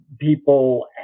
people